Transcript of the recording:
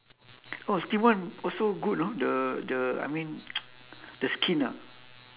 oh steam one also good you know the the I mean the skin ah